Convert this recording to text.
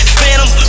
Phantom